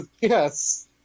yes